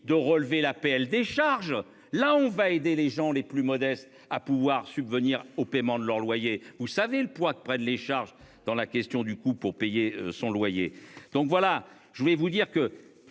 de relever l'APL décharge là on va aider les gens les plus modestes à pouvoir subvenir au paiement de leur loyer. Vous savez le poids que prennent les charges dans la question du coup pour payer son loyer, donc voilà je voulais vous dire que